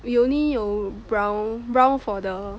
we only 有 brown brown for the